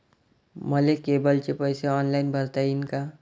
मले केबलचे पैसे ऑनलाईन भरता येईन का?